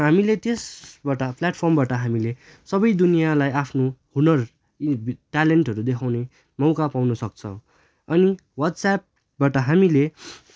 हामीले त्यसबाट प्ल्याटफर्मबाट हामीले सबै दुनियाँलाई आफ्नो हुनर यी ट्यालेन्टहरू देखाउने मौका पाउन सक्छ अनि व्हाट्सएप्पबाट हामीले